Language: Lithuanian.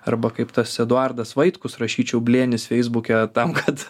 arba kaip tas eduardas vaitkus rašyčiau blėnis feisbuke tam kad